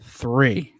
three